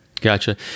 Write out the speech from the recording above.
Gotcha